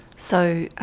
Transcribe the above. so